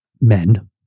men